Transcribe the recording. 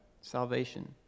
salvation